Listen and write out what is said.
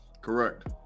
Correct